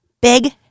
Big